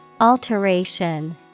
Alteration